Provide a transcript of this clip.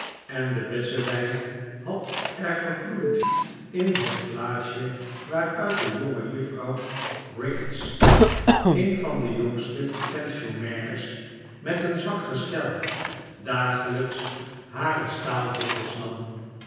en de bessenwijn had er gevloeid in het glaasje waaruitdejongejuffrouw eicketts eene van dejongstepensionnaires met een zwak gestel dagelgks hare staaldroppels nam